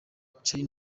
charly